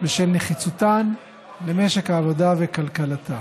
בשל נחיצותן למשק המדינה וכלכלתה.